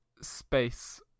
space